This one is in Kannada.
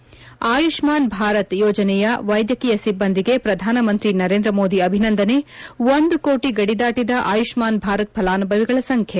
ಆಯುಷ್ನಾನ್ ಭಾರತ್ ಯೋಜನೆಯ ವೈದ್ವಕೀಯ ಸಿಬ್ವಂದಿಗೆ ಪ್ರಧಾನಮಂತ್ರಿ ನರೇಂದ್ರಮೋದಿ ಅಭಿನಂದನೆ ಒಂದು ಕೋಟಿ ಗಡಿದಾಟಿದ ಆಯುಷ್ಕಾನ್ ಭಾರತ್ ಫಲಾನುಭವಿಗಳ ಸಂಖ್ಯೆ